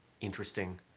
interesting